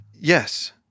Yes